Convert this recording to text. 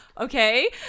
okay